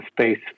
space